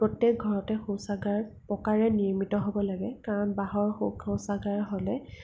প্ৰত্যেক ঘৰতে শৌচাগাৰ পকাৰে নিৰ্মিত হ'ব লাগে কাৰণ বাঁহৰ শৌ শৌচাগাৰ হ'লে